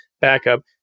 backup